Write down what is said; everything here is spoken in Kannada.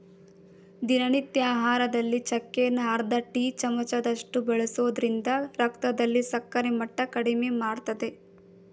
ದಿನನಿತ್ಯ ಆಹಾರದಲ್ಲಿ ಚಕ್ಕೆನ ಅರ್ಧ ಟೀ ಚಮಚದಷ್ಟು ಬಳಸೋದ್ರಿಂದ ರಕ್ತದಲ್ಲಿ ಸಕ್ಕರೆ ಮಟ್ಟ ಕಡಿಮೆಮಾಡ್ತದೆ